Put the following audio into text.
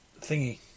thingy